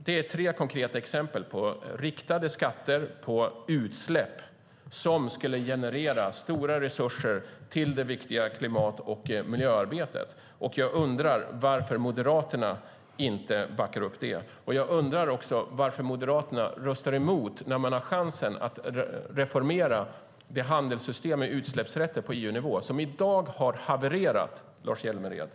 Det är tre konkreta exempel på riktade skatter på utsläpp som skulle generera stora resurser till det viktiga klimat och miljöarbetet. Jag undrar varför Moderaterna inte backar upp det. Jag undrar också varför Moderaterna röstar emot, när man har chansen att reformera det handelssystem med utsläppsrätter på EU-nivå som i dag har havererat, Lars Hjälmered.